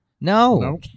No